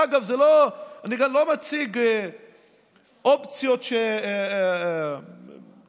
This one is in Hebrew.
ואגב, אני לא מציג אופציות תיאורטיות.